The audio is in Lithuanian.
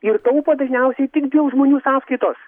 ir taupo dažniausiai tik dėl žmonių sąskaitos